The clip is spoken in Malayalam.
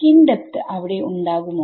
സ്കിൻ ഡെപ്ത്അവിടെ ഉണ്ടാകുമോ